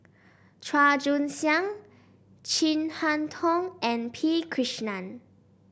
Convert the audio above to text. Chua Joon Siang Chin Harn Tong and P Krishnan